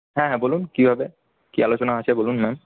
হ্যাঁ হ্যাঁ বলুন কী হবে কি আলোচনা আছে বলুন ম্যাম